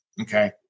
Okay